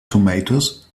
tomatoes